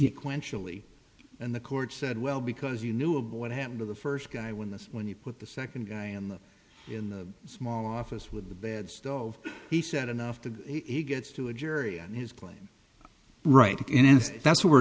really and the court said well because you knew of what happened to the first guy when this when you put the second guy in the in the small office with the bad stove he said enough that he gets to a jury and his plane right in is that's what we're